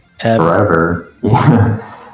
forever